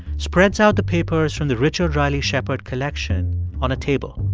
spreads out the papers from the richard riley shepard collection on a table.